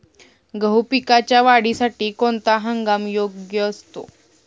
गहू पिकाच्या वाढीसाठी कोणता हंगाम योग्य असतो?